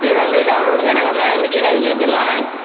கீழ இருந்தே சவுண்டு விடுங்க நாங்கள் மேலேருந்து கீழே இறங்கி வந்துடுறோம்